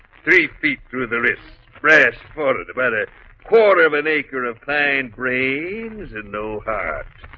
three feet through the wrists press forward about a quarter of an acre of pine grains and no heart.